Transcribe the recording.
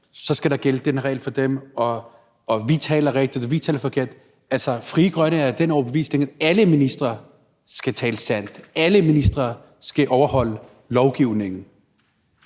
så skal der gælde den regel for dem, og vi taler rigtigt, og vi taler forkert. Altså, Frie Grønne er af den overbevisning, at alle ministre skal tale sandt, og at alle ministre skal overholde lovgivningen.